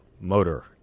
motor